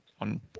on